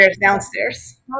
downstairs